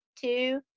two